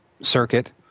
circuit